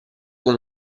con